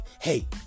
hey